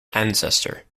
ancestor